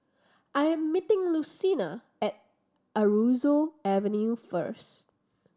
I'm meeting Lucina at Aroozoo Avenue first